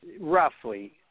roughly